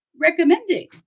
recommending